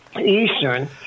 Eastern